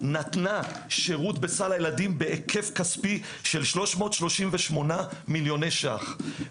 נתנה שירות בסל הילדים בהיקף כספי של 338 מיליוני שקלים,